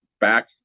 back